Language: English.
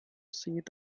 seat